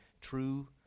true